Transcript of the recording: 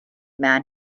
man